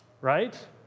Right